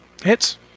Hits